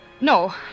No